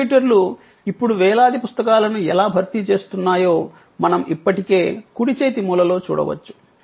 కంప్యూటర్లు ఇప్పుడు వేలాది పుస్తకాలను ఎలా భర్తీ చేస్తున్నాయో మనం ఇప్పటికే కుడి చేతి మూలలో చూడవచ్చు